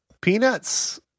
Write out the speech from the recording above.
Peanuts